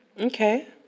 Okay